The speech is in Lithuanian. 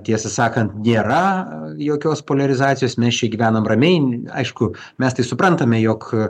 tiesą sakant nėra jokios poliarizacijos mes čia gyvenam ramiai aišku mes tai suprantame jog